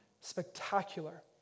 spectacular